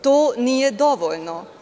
To nije dovoljno.